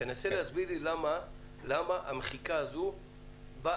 תנסה להסביר לי למה המחיקה הזאת באה